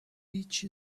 beach